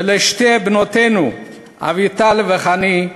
ולשתי בנותינו אביטל וחני,